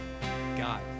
God